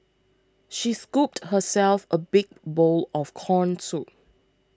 she scooped herself a big bowl of Corn Soup